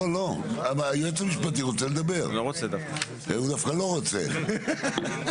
והיועץ המשפטי הנחה שלא לקבל אותם,